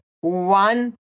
one